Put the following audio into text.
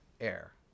air